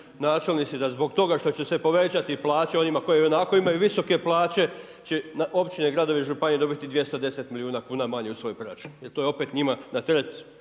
načelnici da zbog toga što će se povećati plaće onima koji ionako imaju visoke plaće će na općine, gradove i županije dobiti 210 milijuna kuna manje u svoj proračun jer to je opet njima na teret.